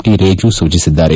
T ರೇಜು ಸೂಚಿಸಿದ್ದಾರೆ